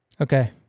Okay